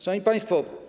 Szanowni Państwo!